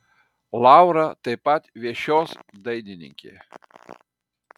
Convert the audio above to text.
laura taip pat viešios dainininkė